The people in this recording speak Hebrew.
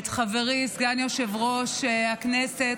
את חברי סגן יושב-ראש הכנסת,